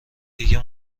دیگه